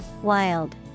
Wild